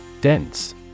Dense